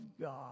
God